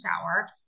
shower